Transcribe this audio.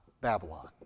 Babylon